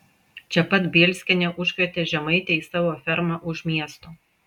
čia pat bielskienė užkvietė žemaitę į savo fermą už miesto